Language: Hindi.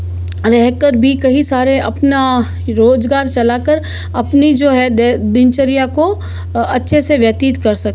रहकर भी कई सारे अपना रोज़गार चलाकर अपनी जो है दिनचर्या को अच्छे से व्यतीत कर सकता है